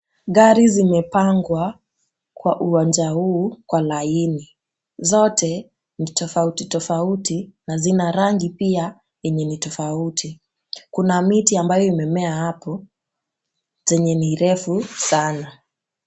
Gari zimepangwa kwa uwanja huu kwa laini, zote ni tofauti tofauti na zina rangi pia yenye ni tofauti. Kuna miti ambayo imemea hapo zenye ni refu sana.